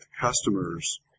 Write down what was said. customers